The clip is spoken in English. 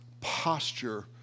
posture